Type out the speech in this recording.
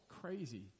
crazy